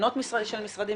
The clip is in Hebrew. תקנות של משרדים